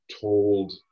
told